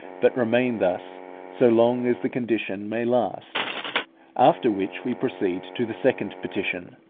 but remain thus so long as the condition may last after which we proceed to the second petition,